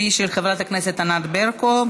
של חברת הכנסת ענת ברקו.